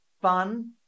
fun